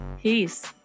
Peace